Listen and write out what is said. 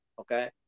Okay